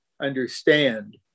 understand